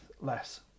less